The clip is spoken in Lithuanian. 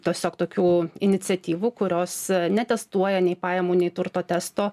tiesiog tokių iniciatyvų kurios netestuoja nei pajamų nei turto testo